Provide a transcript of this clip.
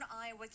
iowa